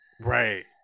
right